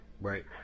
Right